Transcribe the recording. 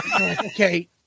Okay